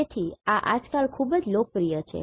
તેથી આ આજકાલ ખૂબ જ લોકપ્રિય છે